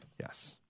Yes